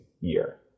year